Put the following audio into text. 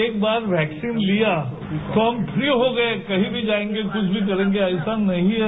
एक बार वैक्सीन लिया तो हम फ्री हो गए कहीं भी जाएंगे कुछ भी करेंगे ऐसा नहीं है